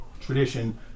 tradition